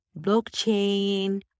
blockchain